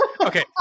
okay